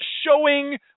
showing